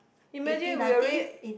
imagine we already